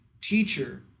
Teacher